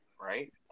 right